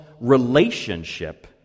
relationship